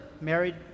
married